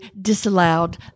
disallowed